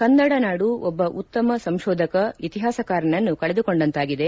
ಕನ್ನಡ ನಾಡು ಒಬ್ಬ ಉತ್ತಮ ಸಂಶೋಧಕ ಇತಿಹಾಸಕಾರನನ್ನು ಕಳೆದುಕೊಂಡಂತಾಗಿದೆ